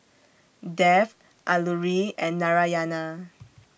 Dev Alluri and Narayana